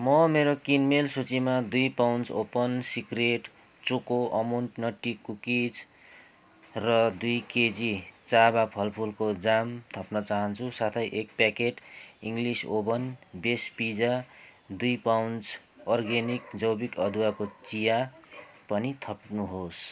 म मेरो किनमेल सूचीमा दुई pouch open secret choco almond nutty cookies र दुई केजी चाबा फलफुलको जाम थप्न चाहन्छु साथै एक packet English oven base pizza दुई पाउच अर्ग्यानिका जैविक अदुवाको चिया पनि थप्नुहोस्